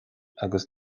agus